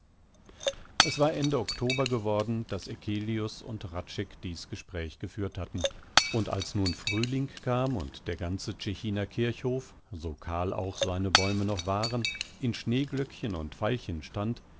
es war ende oktober gewesen daß eccelius und hradscheck dies gespräch geführt hatten und als nun frühling kam und der ganze tschechiner kirchhof so kahl auch seine bäume noch waren in schneeglöckchen und veilchen stand